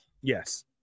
Yes